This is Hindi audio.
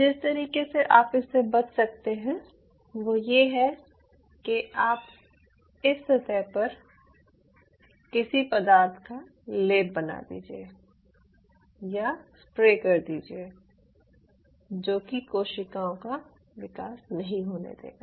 जिस तरीके से आप इससे बच सकते हैं वो ये है कि आप इस सतह पर किसी पदार्थ का लेप बना दीजिये या स्प्रे कर दीजिये जो कि कोशिकाओं का विकास नहीं होने देगा